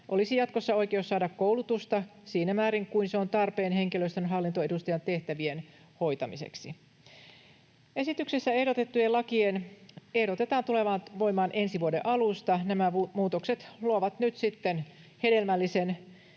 olisi jatkossa oikeus saada koulutusta siinä määrin kuin se on tarpeen henkilöstön hallintoedustajan tehtävien hoitamiseksi. Esityksessä ehdotettujen lakien ehdotetaan tulemaan voimaan ensi vuoden alusta. Nämä muutokset luovat nyt sitten hedelmällisen